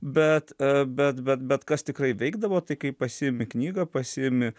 bet bet bet bet kas tikrai veikdavo tai kai pasiimi knygą pasiimi